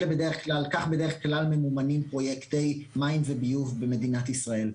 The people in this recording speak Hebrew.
כך בדרך כלל ממומנים פרויקטי מים וביוב במדינת ישראל.